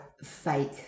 fake